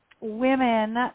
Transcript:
Women